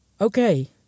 Okay